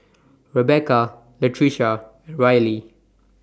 Rebeca Latricia Rylee